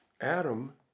Adam